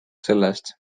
sellest